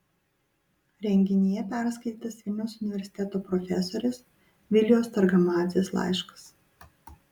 renginyje perskaitytas vilniaus universiteto profesorės vilijos targamadzės laiškas